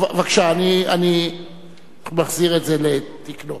בבקשה, אני מחזיר את זה לתקנו.